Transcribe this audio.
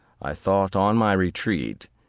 i thought on my retreat,